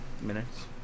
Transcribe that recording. minutes